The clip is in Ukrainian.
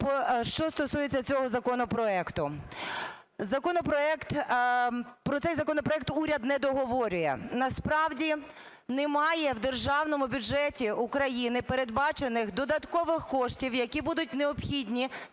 Що стосується цього законопроекту. Законопроект… Про цей законопроект уряд не договорює. Насправді немає в державному бюджеті України передбачених додаткових коштів, які будуть необхідні